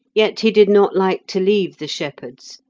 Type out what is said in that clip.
yet he did not like to leave the shepherds,